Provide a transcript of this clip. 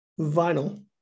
vinyl